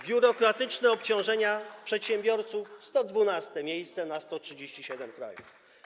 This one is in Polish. Biurokratyczne obciążenia przedsiębiorców: 112. miejsce na 137 krajów.